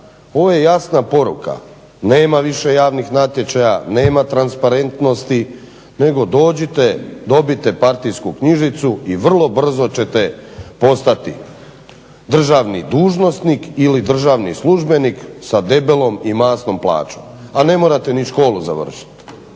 ovo je jasna poruka nema više javnih natječaja, nema transparentnosti nego dođite, dobijte partijsku knjižicu i vrlo brzo ćete postati državni dužnosnik ili državni službenik sa debelom i masnom plaćom. A ne morate ni školu završiti.